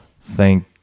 thank